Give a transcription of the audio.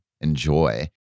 enjoy